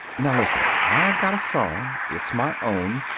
now listen. i've got a song. it's my own.